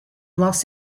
los